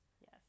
Yes